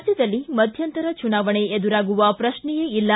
ರಾಜ್ಯದಲ್ಲಿ ಮಧ್ಯಂತರ ಚುನಾವಣೆ ಎದುರಾಗುವ ಪ್ರಕ್ಷೆಯೇ ಇಲ್ಲ